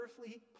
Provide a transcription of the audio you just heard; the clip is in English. earthly